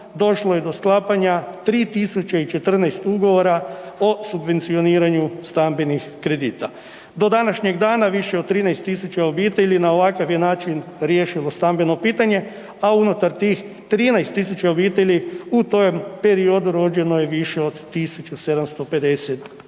došlo je do sklapanja 3.014 ugovora o subvencioniranju stambenih kredita. Do današnjeg dana više od 13.000 obitelji na ovakav je način riješilo stambeno pitanje, a unutar tih 13.000 obitelji u tom periodu rođeno je više od 1.750